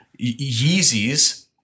Yeezys